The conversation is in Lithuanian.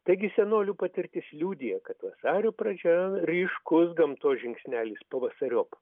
taigi senolių patirtis liudija kad vasario pradžioje ryškus gamtos žingsnelis pavasariop